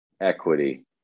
Equity